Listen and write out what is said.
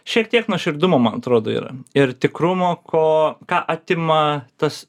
šiek tiek nuoširdumo man atrodo yra ir tikrumo ko ką atima tas